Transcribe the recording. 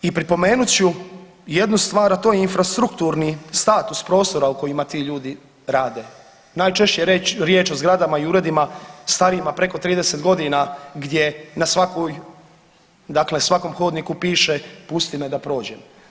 I pripomenut ću jednu stvar, a to je infrastrukturni status prostora u kojima ti ljudi rade, najčešće je riječ o zgradama i uredima starijima preko 30.g. gdje na svakoj, dakle svakom hodniku piše pusti me da prođem.